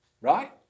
right